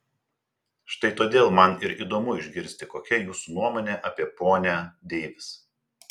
štai todėl man ir įdomu išgirsti kokia jūsų nuomonė apie ponią deivis